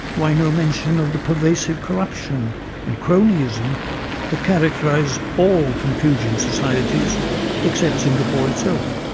why no mention of the pervasive corruption and cronyism that characterise all confucian societies except singapore itself?